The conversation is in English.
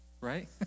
Right